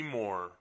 more